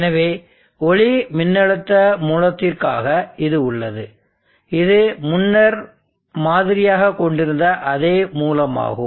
எனவே ஒளிமின்னழுத்த மூலத்திற்காக இது உள்ளது இது முன்னர் மாதிரியாகக் கொண்டிருந்த அதே மூலமாகும்